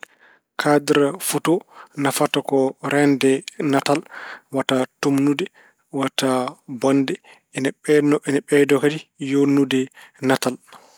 Kaadir foto nafata ko reende natal wata tuumnude, wata bonde. Ena ɓeyno- ene ɓeydo kadi yooɗnude natal.